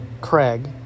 Craig